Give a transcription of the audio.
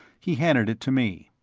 he handed it to me.